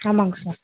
ஆமாங்க சார்